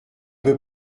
peu